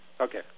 Okay